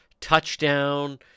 touchdown